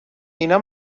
اینا